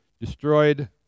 destroyed